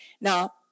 Now